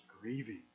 grieving